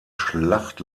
schlacht